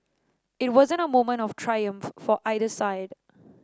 it wasn't a moment of triumph for either side